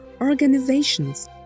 organizations